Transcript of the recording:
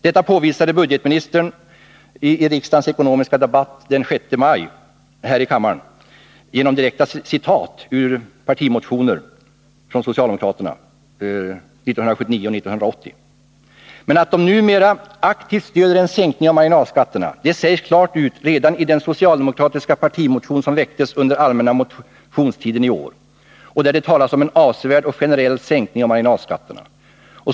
Detta påvisade budgetministern i riksdagens ekonomiska debatt den 6 maj genom direkta citat ur partimotioner från socialdemokraterna år 1979 och 1980. Men att de numera aktivt stöder en sänkning av marginalskatterna sägs klart ut redan i den socialdemokratiska partimotion som väcktes under allmänna motionstiden i år, där det talas om en ”avsevärd och generell sänkning av marginalskatterna”.